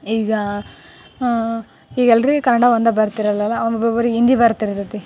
ಈಗ ಈಗ ಎಲ್ಲರಿಗೂ ಕನ್ನಡ ಒಂದೇ ಬರ್ತಿರೋಲ್ಲಲ್ಲ ಒಬ್ಬೊಬ್ಬರಿಗೆ ಹಿಂದಿ ಬರ್ತಿರ್ತೈತಿ